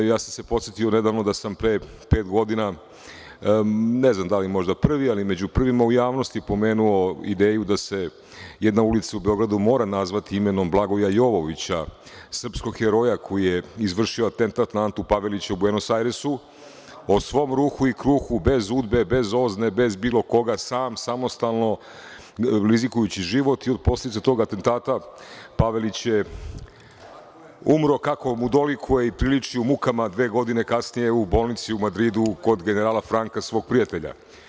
Ja sam se podsetio nedavno da sam pre pet godina, ne znam da li možda prvi, ali možda među prvima u javnosti pomenuo ideju da se jedna ulica u Beogradu mora nazvati imenom Blagoja Jovovića, srpskog heroja koji je izvršio atentat na Antu Pavelića u Buenos Ariesu, o svom ruhu i kruhu, bez UDBA, bez OZNA, bez bilo koga, sam, samostalno, rizikujući život i kao posledica tog atentata, Pavelić je umro, kako mu dolikuje i priliči u mukama, dve godine kasnije u bolnici u Madridu, kod generala Franka, svog prijatelja.